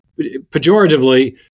pejoratively